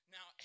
Now